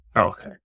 Okay